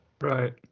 right